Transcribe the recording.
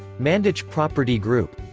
manditch property group.